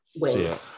ways